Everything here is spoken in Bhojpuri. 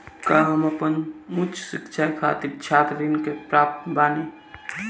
का हम आपन उच्च शिक्षा के खातिर छात्र ऋण के पात्र बानी?